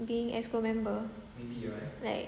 being exco member like